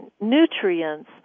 nutrients